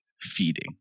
feeding